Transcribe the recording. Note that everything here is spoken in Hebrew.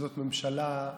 שזאת ממשלה מבולבלת,